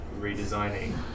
redesigning